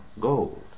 gold